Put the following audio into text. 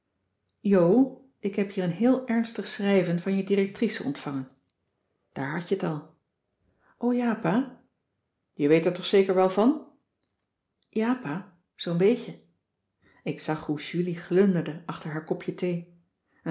jo ik heb hier een heel ernstig schrijven van je directrice ontvangen daar had je t al o ja pa je weet er toch zeker wel van ja pa zoo'n beetje ik zag hoe julie glunderde achter haar kopje thee